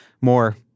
more